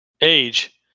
age